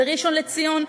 בראשון-לציון,